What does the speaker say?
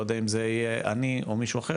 לא יודע אם זה יהיה אני או מישהו אחר,